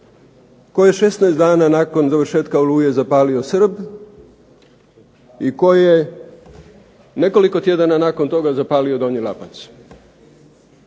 tko je 16 dana nakon završetka oluje zapalio Srb i tko je nekoliko tjedana nakon toga zapalio Donji Lapac.